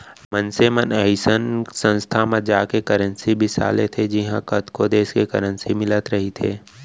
मनसे मन अइसन संस्था म जाके करेंसी बिसा लेथे जिहॉं कतको देस के करेंसी मिलत रहिथे